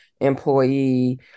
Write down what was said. employee